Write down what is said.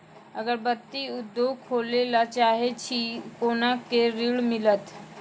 अगरबत्ती उद्योग खोले ला चाहे छी कोना के ऋण मिलत?